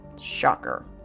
Shocker